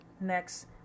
next